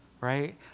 right